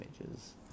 images